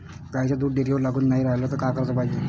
गाईचं दूध डेअरीवर लागून नाई रायलं त का कराच पायजे?